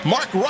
Mark